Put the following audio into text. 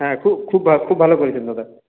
হ্যাঁ খুব খুব ভা খুব ভালো করেছেন দাদা